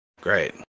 Great